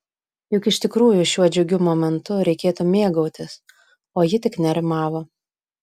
juk iš tikrųjų šiuo džiugiu momentu reikėtų mėgautis o ji tik nerimavo